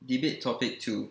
debate topic two